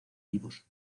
vivos